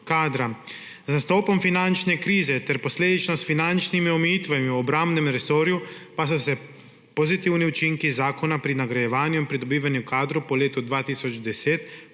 Z nastopom finančne krize ter posledično s finančnimi omejitvami v obrambnem resorju pa so se pozitivni učinki zakona pri nagrajevanju, pridobivanju kadrov po letu 2010 praktično